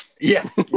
Yes